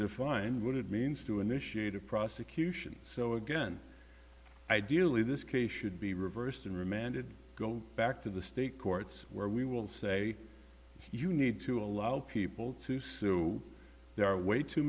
defined what it means to initiate a prosecution so again ideally this case should be reversed and remanded go back to the state courts where we will say you need to allow people to sue there are way too